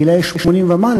רובם בגיל 80 ומעלה,